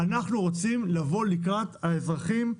אנחנו רוצים לבוא לקראת האזרחים,